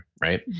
right